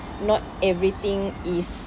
not everything is